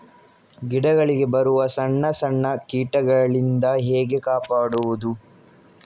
ಗಿಡಗಳಿಗೆ ಬರುವ ಸಣ್ಣ ಸಣ್ಣ ಕೀಟಗಳಿಂದ ಹೇಗೆ ಕಾಪಾಡುವುದು?